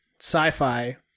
sci-fi